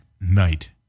night